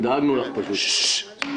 בבקשה.